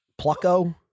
Plucko